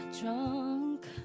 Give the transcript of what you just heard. drunk